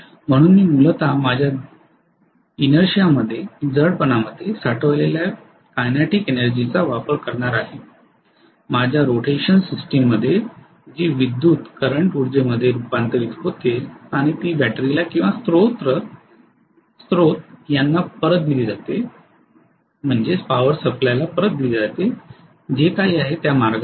म्हणून मी मूलत माझ्या जडपणामध्ये साठवलेल्या गतीशील ऊर्जेचा वापर करणार आहे माझ्या रोटेशन सिस्टममध्ये जी विद्युत उर्जेमध्ये रूपांतरित होते आणि ती बॅटरीला किंवा स्त्रोत यांना परत दिली जाते जे काही आहे त्या मार्गाने